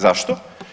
Zašto?